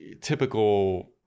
typical